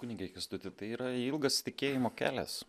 kunige kęstuti tai yra ilgas tikėjimo kelias